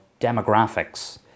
demographics